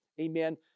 amen